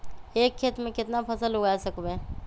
एक खेत मे केतना फसल उगाय सकबै?